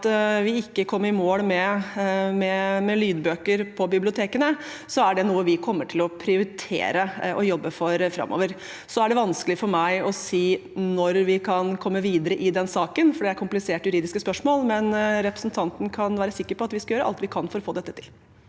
i mål med spørsmålet om lydbøker på bibliotekene, er det noe vi kommer til å prioritere å jobbe for framover. Det er vanskelig for meg å si når vi kan komme videre i den saken, for det er kompliserte juridiske spørsmål, men representanten Pettersen skal være sikker på at vi skal gjøre alt vi kan for å få til